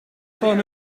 van